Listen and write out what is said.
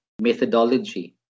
methodology